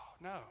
no